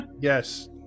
Yes